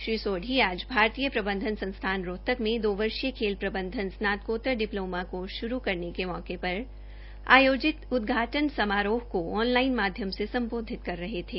श्री सोडी आज भारतीय प्रबंधन संस्थान रोहतक में दो वर्षीय खेल प्रबंधन स्नातकोतर डिपलोमा कोर्स शुरू होने के मौके पर आयोजित उदघाटन् समारोह मे ऑन लाइन माध्यम से सम्बोधित कर रहे थे